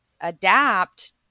adapt